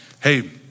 hey